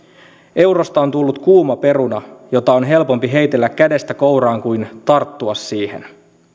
eurosta on tullut kuuma peruna jota on helpompi heitellä kädestä kouraan kuin tarttua siihen